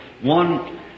one